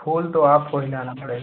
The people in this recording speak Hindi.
फूल तो आपको ही लाना पड़ेगा